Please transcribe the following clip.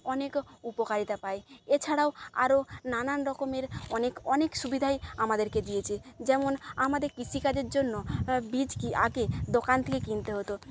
অনেক উপকারিতা পায় এছাড়াও আরও নানান রকমের অনেক অনেক সুবিধাই আমাদেরকে দিয়েছে যেমন আমাদের কৃষিকাজের জন্য বীজ কি আগে দোকান থেকে কিনতে হতো